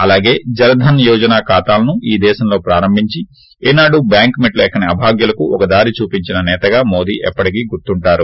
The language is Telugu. అలాగే జనధన యోజన ఖాతాలను ఈ దేశంలో ప్రారంభించి ఏనాడూ బ్యాంక్ మెట్లు ఎక్కని అభాగ్యులకు ఒక దారి చూపించిన నేతగా మోది ఎప్పటికీ గుర్తుంటారు